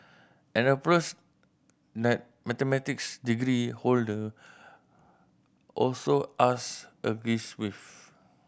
an approach that mathematics degree holder also asked agrees with